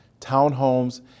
townhomes